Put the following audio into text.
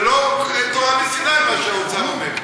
זה לא תורה מסיני, מה שהאוצר אומר.